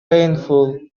painful